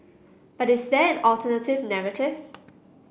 but is there an alternative narrative